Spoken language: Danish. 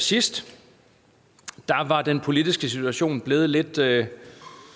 til nu var den politiske situation blevet lidt